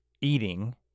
eating